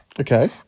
Okay